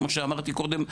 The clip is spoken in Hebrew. כמו שאמרתי קודם,